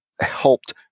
helped